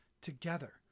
together